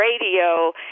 radio